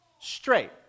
straight